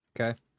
Okay